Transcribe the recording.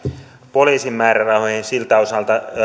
poliisin määrärahoihin siltä osalta